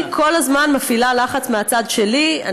אני כל הזמן מפעילה לחץ מהצד שלי.